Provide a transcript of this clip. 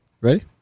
Ready